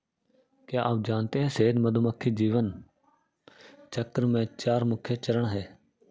क्या आप जानते है शहद मधुमक्खी जीवन चक्र में चार मुख्य चरण है?